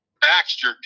Baxter